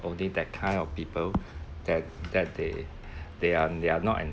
only that kind of people that that they they are they are not